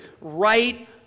right